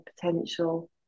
potential